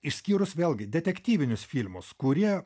išskyrus vėlgi detektyvinius filmus kurie